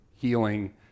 healing